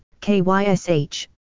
kysh